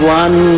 one